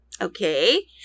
Okay